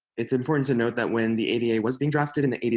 it's important to note that when the ada was being drafted in the eighty